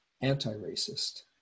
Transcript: anti-racist